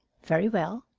very well.